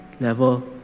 level